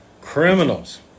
criminals